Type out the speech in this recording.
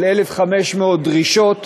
של 1,500 דרישות,